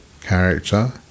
character